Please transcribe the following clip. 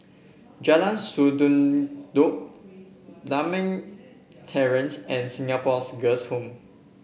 Jalan Sendudok Lakme Terrace and Singapore's Girls' Home